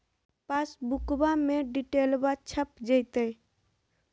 पासबुका में डिटेल्बा छप जयते?